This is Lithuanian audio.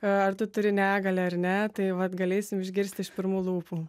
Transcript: ar tu turi negalią ar ne tai vat galėsim išgirsti iš pirmų lūpų